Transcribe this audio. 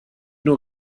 nur